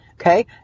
Okay